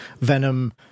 Venom